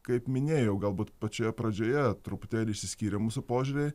kaip minėjau galbūt pačioje pradžioje truputėlį išsiskyrė mūsų požiūriai